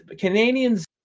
Canadians